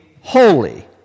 holy